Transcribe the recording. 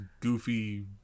goofy